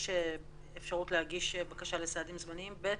יש אפשרות להגיש בקשה לסעדים זמניים, ב.